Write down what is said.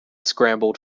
scrambled